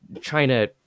China